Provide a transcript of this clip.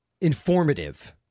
informative